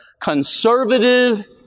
conservative